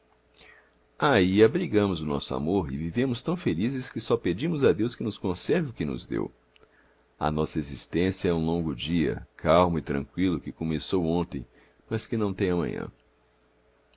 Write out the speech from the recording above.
aí abrigamos o nosso amor e vivemos tão felizes que só pedimos a deus que nos conserve o que nos deu a nossa existência é um longo dia calmo e tranqüilo que começou ontem mas que não tem amanhã